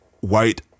white